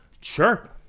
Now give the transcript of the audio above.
Sure